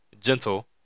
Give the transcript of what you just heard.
gentle